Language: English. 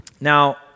Now